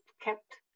kept